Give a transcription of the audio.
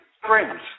friends